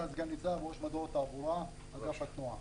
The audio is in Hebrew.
מדור תעבורה, אגף התנועה.